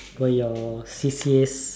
for your C_C_A